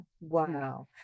Wow